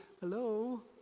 Hello